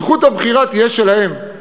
זכות הבחירה תהיה שלהם,